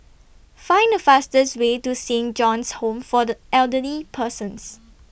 Find The fastest Way to Saint John's Home For The Elderly Persons